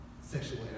sexual